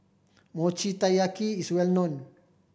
Mochi Taiyaki is well known